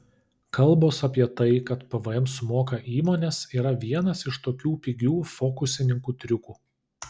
kalbos apie tai kad pvm sumoka įmonės yra vienas iš tokių pigių fokusininkų triukų